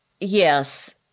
Yes